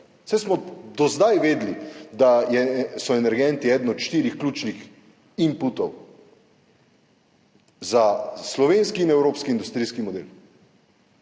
saj smo do zdaj vedeli, da so energenti eden od štirih ključnih inputov za slovenski in evropski industrijski model,